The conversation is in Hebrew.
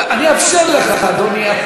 אני אאפשר לך, אדוני.